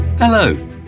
Hello